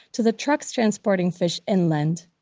to the trucks transporting fish inland.